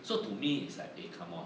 so to me it's like eh come on